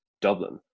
Dublin